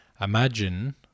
Imagine